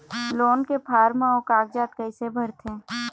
Loan के form अऊ कागजात कइसे भरथें?